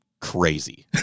crazy